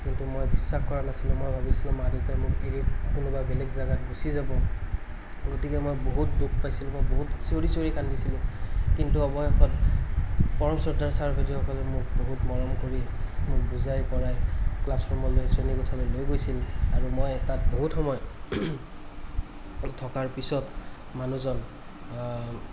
কিন্তু মই বিশ্বাস কৰা নাছিলোঁ মই ভাবিছিলো মা দেউতাই মোক এৰি কোনোবা বেলেগ জেগাত গুচি যাব গতিকে মই বহুত দুখ পাইছিলোঁ মই বহুত চিঞৰি চিঞৰি কান্দিছিলোঁ কিন্তু অৱশেষত পৰম শ্ৰদ্ধাৰ ছাৰ বাইদেউসকলে মোক বহুত মৰম কৰি মোক বুজাই বঢ়াই ক্লাছ ৰুমলৈ শ্ৰেণী কোঠালৈ লৈ গৈছিল আৰু মই তাত বহুত সময় থকাৰ পিছত মানুহজন